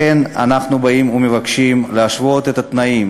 לכן אנחנו באים ומבקשים להשוות את התנאים